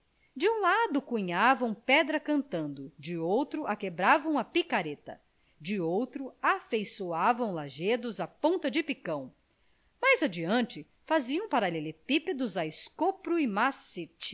de um lado cunhavam pedra cantando de outro a quebravam a picareta de outro afeiçoavam lajedos a ponta de picão mais adiante faziam paralelepípedos a escopro e